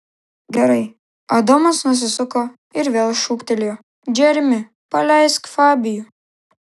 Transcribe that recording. gerai adomas nusisuko ir vėl šūktelėjo džeremi paleisk fabijų